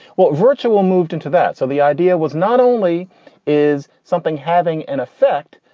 well, virtual moved into that. so the idea was not only is something having an effect,